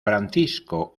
francisco